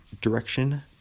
direction